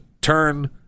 turn